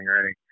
ready